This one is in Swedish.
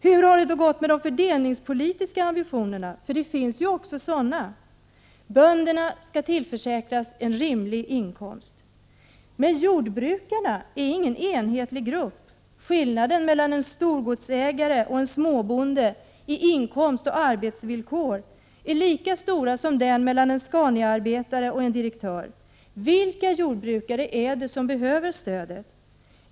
Hur har det då gått med de fördelningspolitiska ambitionerna? För det finns ju sådana också. Bönderna skall tillförsäkras en rimlig inkomst. Men jordbrukarna är ingen enhetlig grupp. Skillnaden mellan en storgodsägare och en småbonde i inkomst och arbetsvillkor är lika stor som mellan en Scaniaarbetare och en direktör. Vilka jordbrukare är det som behöver stödet?